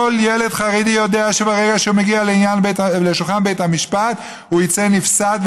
כל ילד חרדי יודע שברגע שהוא מגיע לשולחן בית המשפט הוא יצא נפסד,